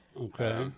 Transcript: Okay